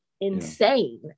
insane